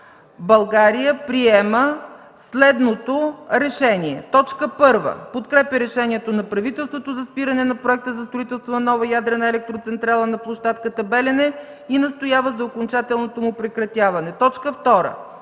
България приема следното РЕШЕНИЕ: 1. Подкрепя решението на правителството за спиране на проекта за строителство на нова ядрена електроцентрала на площадката „Белене” и настоява за окончателното му прекратяване. 2.